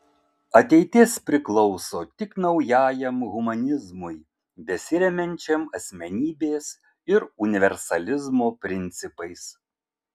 ateitis priklauso tik naujajam humanizmui besiremiančiam asmenybės ir universalizmo principais